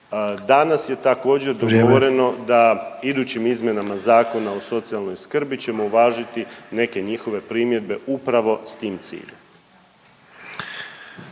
Vrijeme./... da idućim izmjenama Zakona o socijalnoj skrbi ćemo uvažiti neke njihove primjedbe upravo s tim ciljem.